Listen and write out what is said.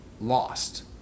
lost